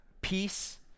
peace